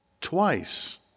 twice